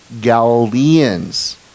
Galileans